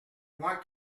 moi